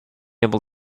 able